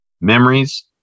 Memories